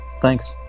Thanks